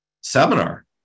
seminar